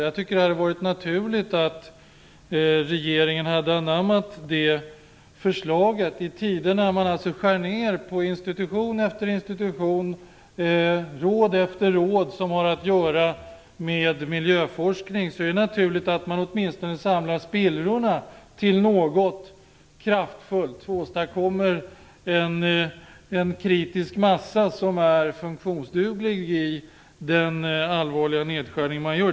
Jag tycker att det hade varit naturligt att regeringen hade anammat det förslaget. I tider när man skär ner på institution efter institution, råd efter råd som har att göra med miljöforskning är det naturligt att man åtminstone samlar spillrorna till något kraftfullt och åstadkommer en kritisk massa som är funktionsduglig trots den allvarliga nedskärningen.